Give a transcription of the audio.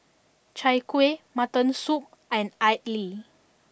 Chai Kuih Mutton Soup and Idly